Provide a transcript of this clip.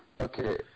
Okay